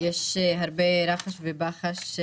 יש הרבה רחש ובחש.